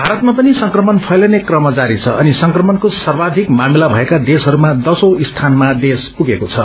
भारतमा पनि संक्रमण फैलने क्रम जारी छ अनि संक्रमणको सर्वाधिक मामिला भएका देशहरूमा दशौं स्थानमा देश पुगेको छ